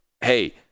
hey